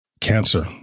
cancer